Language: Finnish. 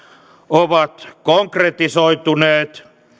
ovat konkretisoituneet yhtäältä